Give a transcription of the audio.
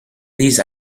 these